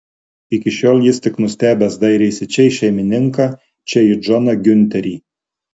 iki šiol jis tik nustebęs dairėsi čia į šeimininką čia į džoną giunterį